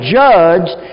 judged